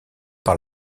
par